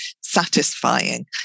satisfying